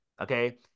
Okay